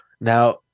now-